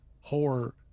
horror